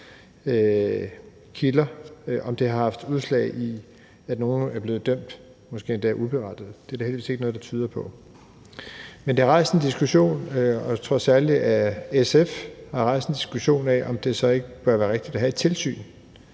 kilder har givet det resultat, at nogle er blevet dømt, måske endda uberettiget. Det er der heldigvis ikke noget, der tyder på. Men det har rejst en diskussion. Jeg tror, at særlig SF har rejst en diskussion om, om det så ikke bør være rigtigt at have et tilsyn,